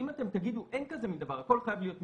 אם אתם תגידו אין כזה דבר, הכול חייב להיות מיידי,